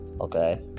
Okay